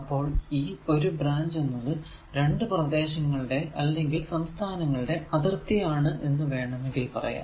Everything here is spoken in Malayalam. അപ്പോൾ ഈ ഒരു ബ്രാഞ്ച് എന്നത് രണ്ടു പ്രദേശങ്ങളുടെ അല്ലെങ്കിൽ സംസ്ഥാനങ്ങളുടെ അതിർത്തി ആണ് എന്ന് വേണ്ടമെങ്കിൽ പറയാം